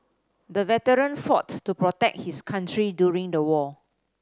the veteran fought to protect his country during the war